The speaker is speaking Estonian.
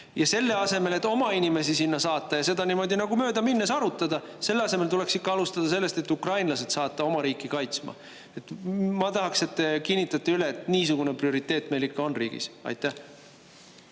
Ja selle asemel, et oma inimesi sinna saata ja seda niimoodi nagu möödaminnes arutada, selle asemel tuleks alustada sellest, et ukrainlased saata oma riiki kaitsma. Ma tahaksin, et te kinnitate üle, et niisugune prioriteet meil ikka on riigis. Aitäh!